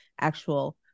actual